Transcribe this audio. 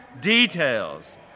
details